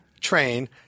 Train